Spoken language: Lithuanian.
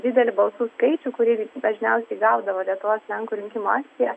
didelį balsų skaičių kurį dažniausiai gaudavo lietuvos lenkų rinkimų akcija